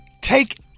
take